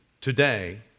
Today